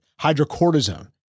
hydrocortisone